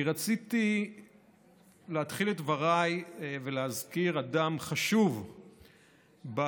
כי רציתי להתחיל את דבריי ולהזכיר אדם חשוב במורשת